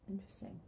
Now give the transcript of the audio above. Interesting